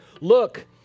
look